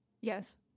Yes